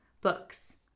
Books